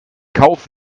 kauf